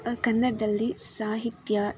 ಕನ್ನಡದಲ್ಲಿ ಸಾಹಿತ್ಯ